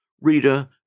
Reader